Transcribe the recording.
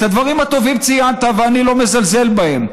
את הדברים הטובים ציינת, ואני לא מזלזל בהם.